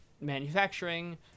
manufacturing